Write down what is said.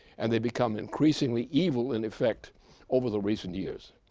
and they become increasingly evil in effect over the recent years,